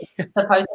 supposedly